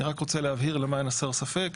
אני רק רוצה להבהיר למען הסר ספק,